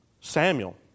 Samuel